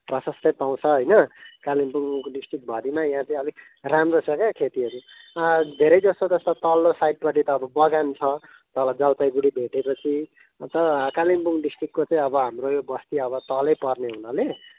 प्रशस्तै पाउँछ होइन कालिम्पोङ डिस्ट्रिक्टभरिमा यहाँ चाहिँ अलिक राम्रो छ क्या खेतीहरू अँ धेरै जस्तो जस्तो तल्लो साइडपट्टि त अब बगान छ तल जलपाइगुडी भेटेपछि अन्त कालिम्पोङ डिस्ट्रिक्टको चाहिँ अब हाम्रो यो बस्ती अब तलै पर्ने हुनाले